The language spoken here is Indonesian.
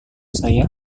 saya